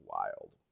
wild